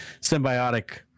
symbiotic